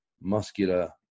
muscular